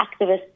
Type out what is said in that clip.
activists